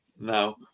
now